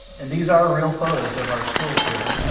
and these are real photos of our schools here.